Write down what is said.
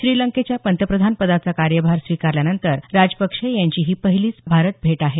श्रीलंकेच्या पंतप्रधान पदाचा कार्यभार स्विकारल्यानंतर राजपक्षे यांची ही पहिलीच भारत भेट आहे